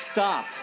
Stop